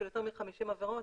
של יותר מ-50 עבירות,